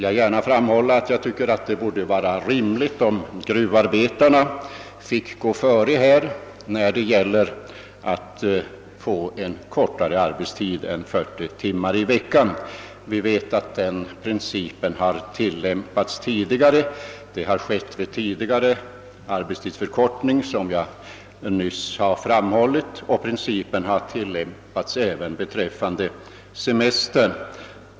Jag tycker att det vore rimligt om gruvarbetarna finge gå före när det gäller en förkortning av arbetstiden till mindre än 40 timmar i veckan. Den principen har tillämpats både vid genomförandet av tidigare arbetstidsförkortningar, såsom jag nyss framhöll, och beträffande semestern.